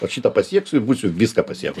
vat šitą pasieksiu ir būsiu viską pasiekus